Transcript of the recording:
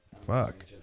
Fuck